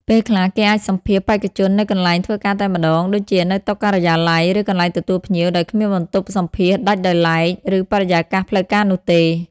ពេលខ្លះ គេអាចសម្ភាសន៍បេក្ខជននៅកន្លែងធ្វើការតែម្ដង ដូចជានៅតុការិយាល័យ ឬកន្លែងទទួលភ្ញៀវ ដោយគ្មានបន្ទប់សម្ភាសន៍ដាច់ដោយឡែក ឬបរិយាកាសផ្លូវការនោះទេ។